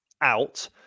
out